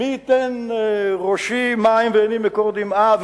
"מי יתן ראשי מים ועיני מקור דמעה,